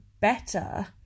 better